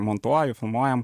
montuoju filmuojam